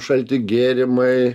šalti gėrimai